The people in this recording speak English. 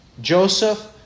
Joseph